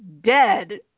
dead